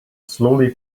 slowly